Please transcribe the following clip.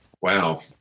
wow